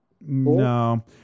No